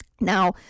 Now